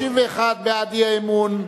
31 בעד האי-אמון,